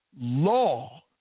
law